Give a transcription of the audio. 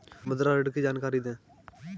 मुद्रा ऋण की जानकारी दें?